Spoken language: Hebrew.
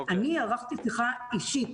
אני ערכתי שיחה אישית,